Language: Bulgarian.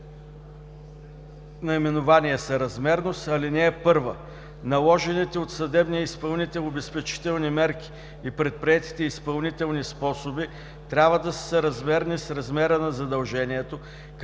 наименование „Съразмерност“ Алинея 1: „Наложените от съдебния изпълнител обезпечителни мерки и предприетите изпълнителни способи трябва да са съразмерни с размера на задължението,